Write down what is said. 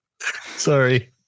Sorry